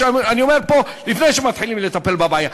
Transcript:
אני אומר פה לפני שמתחילים לטפל בבעיה: